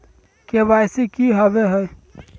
KYC की हॉबे हय?